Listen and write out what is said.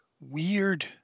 weird